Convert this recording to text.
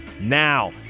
now